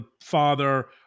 father